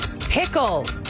Pickle